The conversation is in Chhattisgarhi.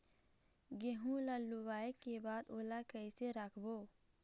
गेहूं ला लुवाऐ के बाद ओला कइसे राखबो?